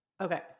Okay